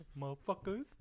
Motherfuckers